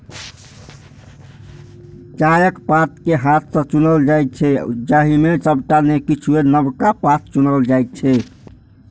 चायक पात कें हाथ सं चुनल जाइ छै, जाहि मे सबटा नै किछुए नवका पात चुनल जाइ छै